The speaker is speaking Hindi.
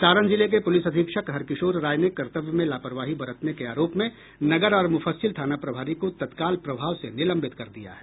सारण जिले के पुलिस अधीक्षक हरकिशोर राय ने कर्तव्य में लापरवाही बरतने के आरोप में नगर और मुफस्सिल थाना प्रभारी को तत्काल प्रभाव से निलंबित कर दिया है